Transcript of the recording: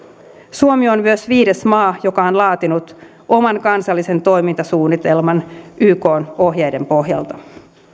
suomi on myös viides maa joka on laatinut oman kansallisen toimintasuunnitelman ykn ohjeiston pohjalta